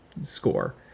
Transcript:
score